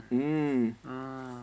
mm